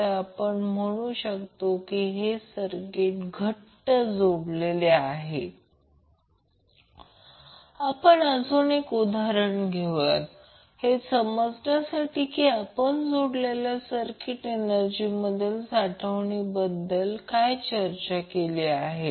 तर कधीकधी सर्किटसाठी क्वालिटी फॅक्टर 2piमॅक्झिमम stored energy energy dissipated per cycle असा परिभाषित केला जातो